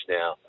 now